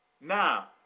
Now